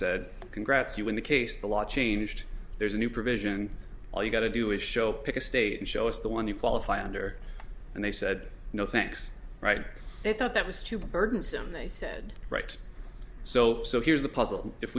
said congrats you win the case the law changed there's a new provision all you got to do is show pick a state and show us the one you qualify under and they said no thanks right they thought that was too burdensome they said right so so here's the puzzle if